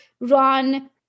run